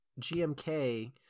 GMK